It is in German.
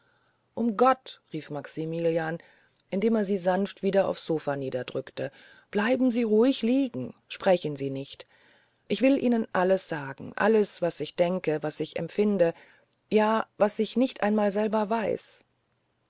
um gott rief maximilian indem er sie sanft wieder aufs sofa niederdrückte bleiben sie ruhig liegen sprechen sie nicht ich will ihnen alles sagen alles was ich denke was ich empfinde ja was ich nicht einmal selber weiß